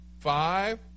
five